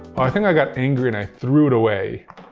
i think i got angry and i threw it away.